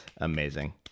Amazing